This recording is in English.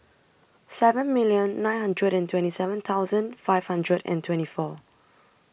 seven million nine hundred and twenty seven thousand five hundred and twenty four